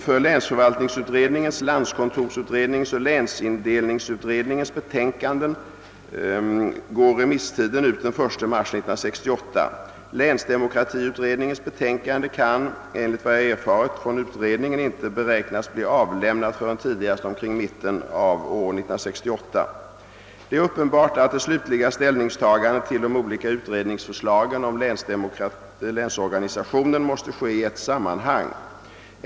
För länsförvaltningsutredningens, landskontorsutredningens och länsindelningsutredningens betänkanden går remisstiden ut den 1 mars 1968. Länsdemokratiutredningens betänkande kan enligt vad jag erfarit från utredningen inte beräknas bli avlämnat förrän tidigast omkring mitten av år 1968. Det är uppenbart att det slutliga ställningstagandet till de olika utredningsförslagen om länsorganisationen måste ske i ett sammanhang.